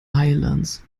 islands